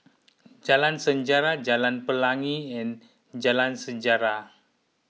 Jalan Sejarah Jalan Pelangi and Jalan Sejarah